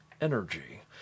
energy